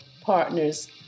partners